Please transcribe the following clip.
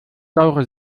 saure